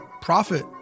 profit